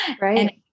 right